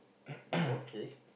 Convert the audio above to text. oh okay